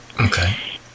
Okay